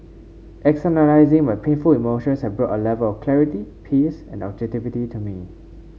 externalising my painful emotions had brought A Level of clarity peace and objectivity to me